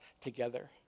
together